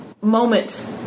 moment